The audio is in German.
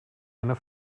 einer